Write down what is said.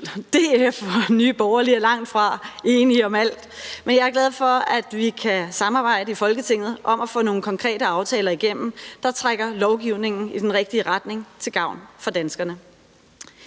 partier. DF og Nye Borgerlige er langtfra enige om alt, men jeg er glad for, at vi kan samarbejde i Folketinget om at få nogle konkrete aftaler, der trækker lovgivningen i den rigtige retning, igennem til gavn for danskerne.